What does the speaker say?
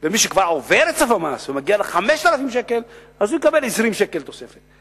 ומי שכבר עובר את סף המס ומגיע ל-5,000 שקל יקבל 20 שקל תוספת.